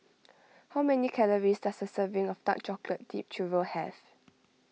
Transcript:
how many calories does a serving of Dark Chocolate Dipped Churro have